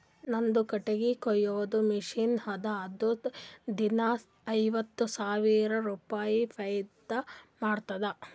ನಂದು ಕಟ್ಟಗಿ ಕೊಯ್ಯದ್ ಮಷಿನ್ ಅದಾ ಅದು ದಿನಾ ಐಯ್ದ ಸಾವಿರ ರುಪಾಯಿ ಫೈದಾ ಮಾಡ್ತುದ್